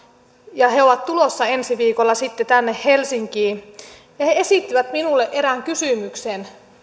kun he ovat tulossa ensi viikolla sitten tänne helsinkiin he esittivät minulle erään kysymyksen